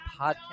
Podcast